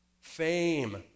Fame